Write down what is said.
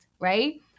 right